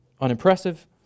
unimpressive